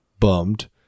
bummed